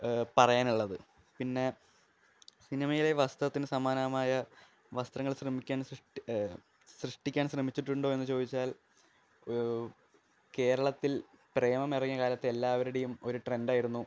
പറയാനുള്ളത് പിന്നെ സിനിമയിലെ വസ്ത്രത്തിന് സമാനമായ വസ്ത്രങ്ങൾ ശ്രമിക്കാൻ സ്രിഷ് സൃഷ്ടിക്കാൻ ശ്രമിച്ചിട്ടുണ്ടോ ഇ ചോദിച്ചാൽ കേരളത്തിൽ പ്രേമമിറങ്ങിയ കാലത്ത് എല്ലാവരുടെയും ഒരു ട്രെൻഡായിരുന്നു